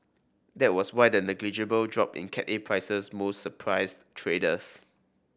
that was why the negligible drop in Cat A prices most surprised traders